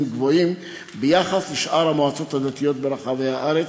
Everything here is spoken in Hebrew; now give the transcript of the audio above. גבוהים ביחס לשאר המועצות הדתיות ברחבי הארץ,